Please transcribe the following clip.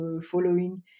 following